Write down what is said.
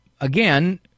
again